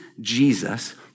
Jesus